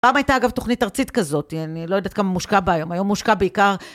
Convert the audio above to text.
פעם היתה, אגב, תוכנית ארצית כזאת, אני לא יודעת כמה מושקע בה היום, היום מושקע בעיקר...